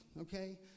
okay